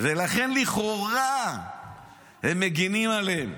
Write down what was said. ולכן לכאורה הם מגינים עליהם.